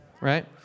right